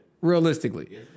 Realistically